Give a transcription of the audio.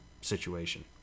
situation